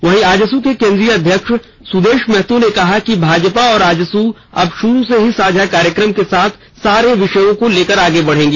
वहीं आजसू के केंद्रीय अध्यक्ष सुदेश महतो ने कहा कि भाजपा और आजसू अब शुरू से ही साझा कार्यक्रम के साथ सारे विषयों को लेकर आगे बढ़ेगी